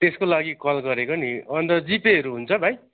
त्यसको लागि कल गरेको नि अन्त जिपेहरू हुन्छ भाइ